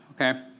Okay